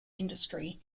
industry